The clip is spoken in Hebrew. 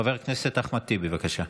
חבר הכנסת אחמד טיבי, בבקשה.